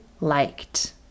liked